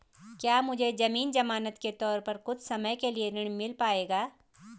क्या मुझे ज़मीन ज़मानत के तौर पर कुछ समय के लिए ऋण मिल पाएगा?